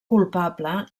culpable